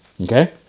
Okay